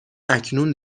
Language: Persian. اکنون